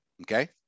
okay